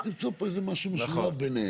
מצאו פה איזה משהו משולב ביניהם.